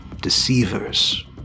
deceivers